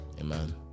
Amen